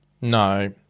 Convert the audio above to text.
no